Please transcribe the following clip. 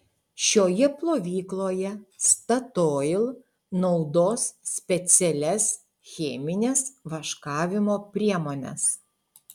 šioje plovykloje statoil naudos specialias chemines vaškavimo priemones